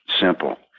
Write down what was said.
simple